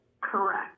Correct